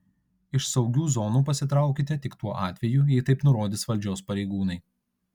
iš saugių zonų pasitraukite tik tuo atveju jei taip nurodys valdžios pareigūnai